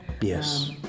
Yes